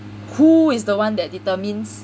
who is the one that determines